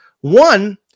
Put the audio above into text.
One